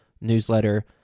newsletter